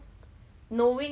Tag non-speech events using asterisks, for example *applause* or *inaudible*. *noise*